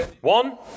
one